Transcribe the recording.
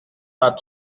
pas